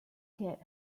get